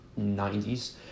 90s